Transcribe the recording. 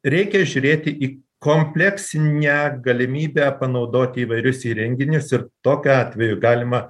reikia žiūrėti į kompleksinę galimybę panaudoti įvairius įrenginius ir tokiu atveju galima